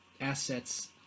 assets